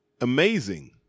amazing